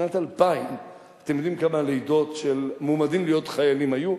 בשנת 2000 אתם יודעים כמה לידות של מועמדים להיות חיילים היו?